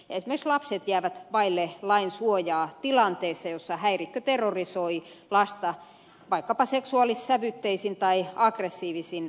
esimerkiksi lapset jäävät vaille lain suojaa tilanteessa jossa häirikkö terrorisoi lasta vaikkapa seksuaalissävytteisin tai aggressiivisin viestein